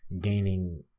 gaining